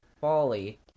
Folly